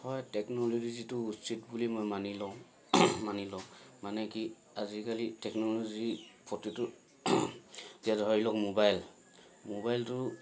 হয় টেকন'লজি যিটো উচিত বুলি মই মানি লওঁ মানি লওঁ মানে কি আজিকালি টেকন'ল'জি প্ৰতিটো যে ধৰি লওক মোবাইল মোবাইলটো